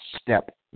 step